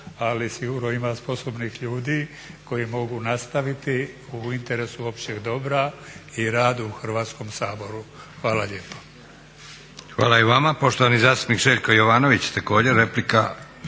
ali sigurno ima sposobnih ljudi koji mogu nastaviti u interesu općeg dobra i rada u Hrvatskom saboru. Hvala lijepo. **Leko, Josip (SDP)** Hvala i vama. Poštovani zastupnik Željko Jovanović, također replika